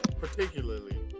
particularly